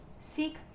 seek